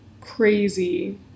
crazy